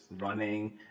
running